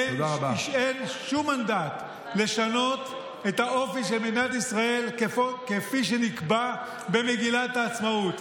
אין שום מנדט לשנות את האופי של מדינת ישראל כפי שנקבע במגילת העצמאות.